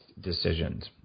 decisions